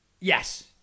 yes